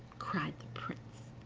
cried the prince,